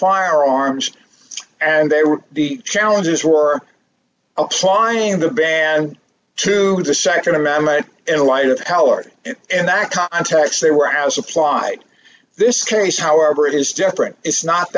firearms and they were the challenges were d applying the band to the nd amendment in light of howard and that context they were as applied this case however it is different it's not